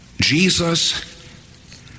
Jesus